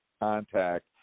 Contact